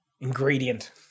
ingredient